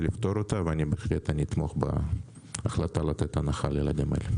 לפתור אותה ובהחלט אתמוך בהחלטה לתת הנחה לילדים האלה.